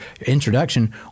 introduction